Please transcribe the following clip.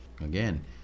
Again